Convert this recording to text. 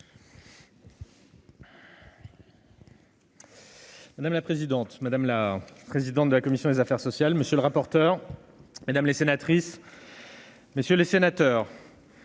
Madame la présidente, madame la présidente de la commission des affaires sociales, monsieur le rapporteur, mesdames, messieurs les sénateurs